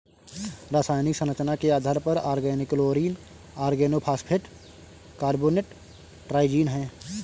रासायनिक संरचना के आधार पर ऑर्गेनोक्लोरीन ऑर्गेनोफॉस्फेट कार्बोनेट ट्राइजीन है